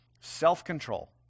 self-control